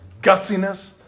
gutsiness